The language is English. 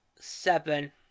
seven